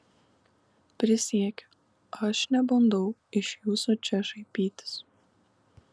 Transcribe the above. prisiekiu aš nebandau iš jūsų čia šaipytis